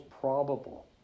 probable